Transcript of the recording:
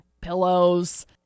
pillows